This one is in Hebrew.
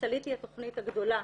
סלעית היא התכנית הגדולה,